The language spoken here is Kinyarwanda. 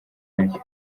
nacyo